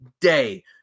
day